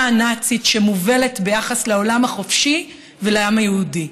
הנאצית שמובלת ביחס לעולם החופשי ולעם היהודי.